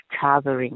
covering